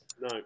No